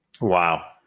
Wow